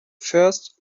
first